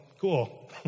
Cool